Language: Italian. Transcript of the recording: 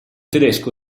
tedesco